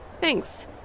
Thanks